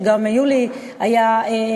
וגם יולי היה,